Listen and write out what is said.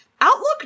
Outlook